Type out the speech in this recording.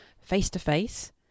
face-to-face